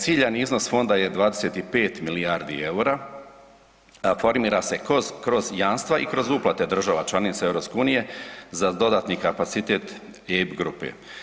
Ciljani iznos fonda je 25 milijardi EUR-a, a formira se kroz jamstva i kroz uplate država članica EU za dodatni kapacitet EIB grupe.